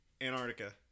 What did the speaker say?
Antarctica